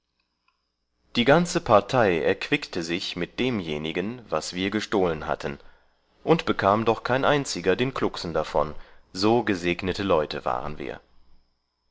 die ganze partei erquickte sich mit demjenigen das wir gestohlen hatten und bekam doch kein einziger den klucksen davon so gesegnete leute waren wir